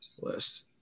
list